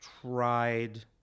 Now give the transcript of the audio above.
tried